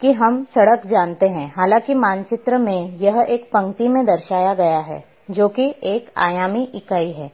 कि हम सड़क जानते हैं हालांकि मानचित्र में यह एक पंक्ति में दर्शाया गया है जो की एक आयामी इकाई है